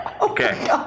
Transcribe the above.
Okay